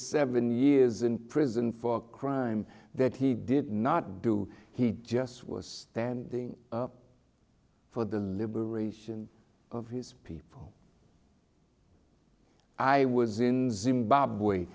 seven years in prison for a crime that he did not do he just was standing up for the liberation of his people i was in zimbabwe